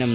M